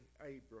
Abraham